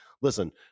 Listen